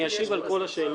אני אשיב על כל השאלות,